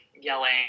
yelling